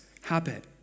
habit